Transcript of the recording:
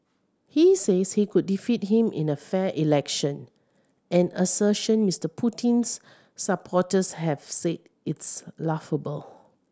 he says he could defeat him in a fair election an assertion Mister Putin's supporters have said its laughable